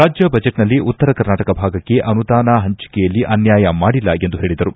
ರಾಜ್ಯ ಬಜೆಟ್ ನಲ್ಲಿ ಉತ್ತರ ಕರ್ನಾಟಕ ಭಾಗಕ್ಷೆ ಅನುದಾನ ಹಂಚಿಕೆಯಲ್ಲಿ ಅನ್ಯಾಯ ಮಾಡಿಲ್ಲ ಎಂದು ಹೇಳಿದರು